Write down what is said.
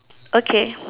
okay